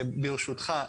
ברשותך,